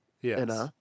Yes